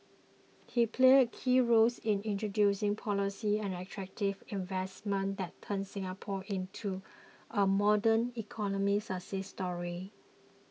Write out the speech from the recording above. he played a key roles in introducing policies and attracting investments that turned Singapore into a modern economy success story